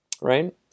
right